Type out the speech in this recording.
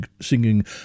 singing